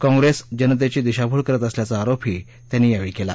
काँग्रेस जनतेची दिशाभूल करत असल्याचा आरोप त्यांनी केला